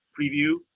preview